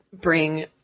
bring